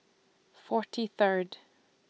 forty Third